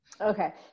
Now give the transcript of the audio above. Okay